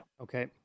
Okay